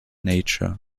nature